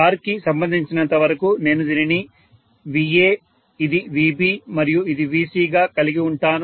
star కి సంబంధించినంతవరకు నేను దీనిని VA ఇది VB మరియు ఇది VC గా కలిగి ఉంటాను